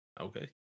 Okay